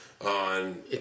on